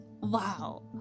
wow